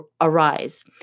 arise